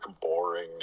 boring